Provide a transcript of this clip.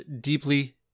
deeply